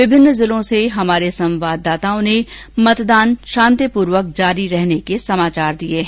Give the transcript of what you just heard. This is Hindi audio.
विभिन्न जिलों से हमारे संवाददाताओं ने मतदान शांतिपूर्वक जारी रहने के समाचार दिये है